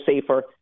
safer